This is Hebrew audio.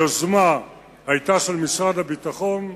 היוזמה היתה של משרד הביטחון,